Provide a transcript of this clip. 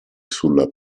sulla